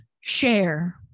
Share